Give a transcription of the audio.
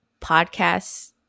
podcasts